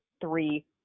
three